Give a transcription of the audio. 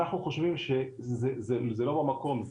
אנחנו חושבים שזה לא במקום,